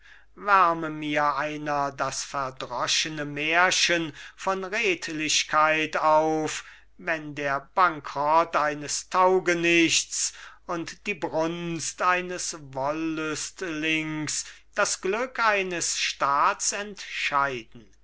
wärme mir einer das verdroschene märchen von redlichkeit auf wenn der bankerott eines taugenichts und die brunst eines wollüstlings das glück eines staats entscheiden